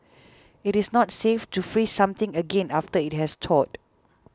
it is not safe to freeze something again after it has thawed